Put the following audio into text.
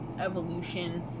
evolution